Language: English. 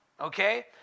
Okay